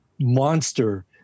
monster